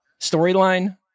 storyline